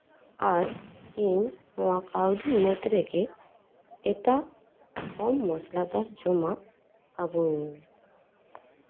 ᱟᱨ ᱤᱧ ᱱᱚᱶᱟ ᱠᱟᱹᱣᱰᱤ ᱢᱩᱫᱽ ᱨᱮᱜᱮ ᱮᱴᱟᱜ ᱠᱚ ᱢᱚᱥᱞᱟᱫᱟᱨ ᱡᱚᱢᱟᱜ ᱟᱹᱜᱩ ᱟᱹᱧ ᱢᱮ